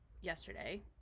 yesterday